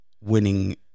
winning